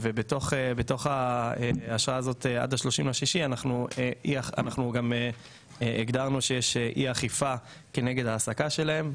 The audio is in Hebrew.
בתוך האשרה הזאת אנחנו גם הגדרנו שיש אי אכיפה כנגד העסקה שלהם.